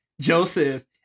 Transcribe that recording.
Joseph